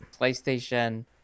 playstation